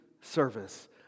service